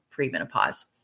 premenopause